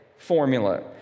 formula